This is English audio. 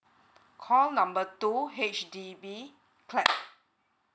call number two H_D_B clap